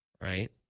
Right